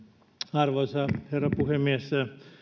arvoisa herra puhemies